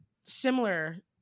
similar